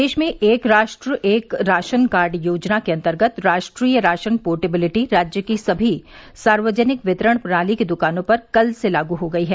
प्रदेश में एक राष्ट्र एक राशन कार्ड योजना के अंतर्गत राष्ट्रीय राशन पोर्टेबिलिटी राज्य की सभी सार्वजनिक वितरण प्रणाली की दुकानों पर कल से लागू हो गई है